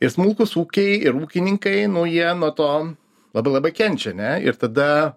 ir smulkūs ūkiai ir ūkininkai nu jie nuo to labai labai kenčia ne ir tada